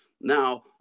Now